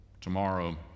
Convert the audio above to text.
tomorrow